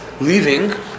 leaving